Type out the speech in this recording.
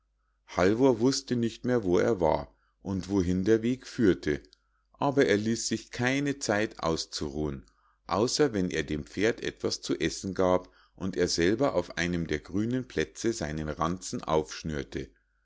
halvor wußte nicht mehr wo er war und wohin der weg führte aber er ließ sich keine zeit auszuruhen außer wenn er dem pferd etwas zu essen gab und er selber auf einem der grünen plätze seinen ranzen